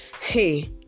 hey